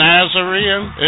Nazarene